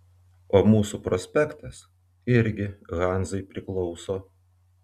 o mūsų prospektas irgi hanzai priklauso